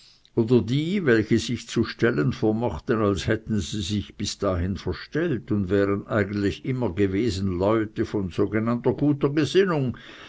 oder die welche sich zu stellen vermochten als hätten sie sich bis dahin verstellt und wären eigentlich immer gewesen leute von sogenannter guter gesinnung